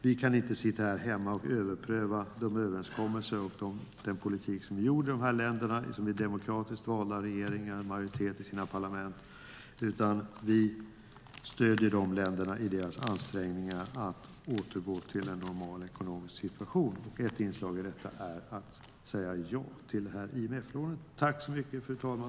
Vi kan inte sitta här hemma och överpröva de överenskommelser som har träffats och den politik som har förts i dessa länder med demokratiskt valda regeringar med majoritet i sina parlament, utan vi stöder dessa länder i deras ansträngningar att återgå till en normal ekonomisk situation. Ett inslag i detta är att saga ja till detta IMF-lån.